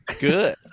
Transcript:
Good